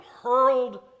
hurled